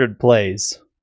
plays